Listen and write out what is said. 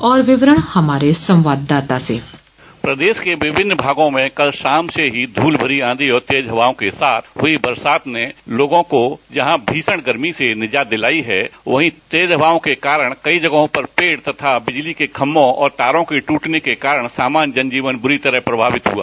और विवरण हमारे संवाददाता से प्रदेश के विभिन्न भागों में कल शाम से ही धूल भरी आंधी और तेज हवाओं के साथ हुई बरसाने लोगों को भीषण गर्मी से निजात दिलाई वही तेज हवाओं कई जगहों पर पेड़ तथा बिजली के खंभों और तारों के टूटने से सामान्य जनजीवन बुरी तरह प्रभावित हुआ